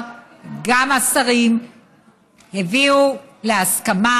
השרים להסכמה,